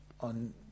on